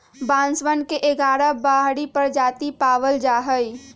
बांसवन के ग्यारह बाहरी प्रजाति पावल जाहई